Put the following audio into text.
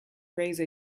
raise